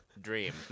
dream